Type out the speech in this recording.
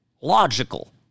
logical